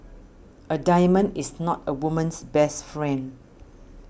a diamond is not a woman's best friend